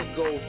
go